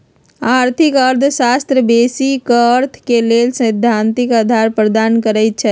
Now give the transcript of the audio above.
आर्थिक अर्थशास्त्र बेशी क अर्थ के लेल सैद्धांतिक अधार प्रदान करई छै